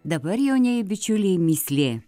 dabar jaunieji bičiuliai mįslė